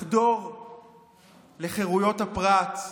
לחדור לחירויות הפרט.